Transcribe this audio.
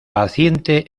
paciente